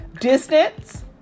distance